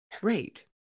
Great